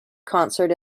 concert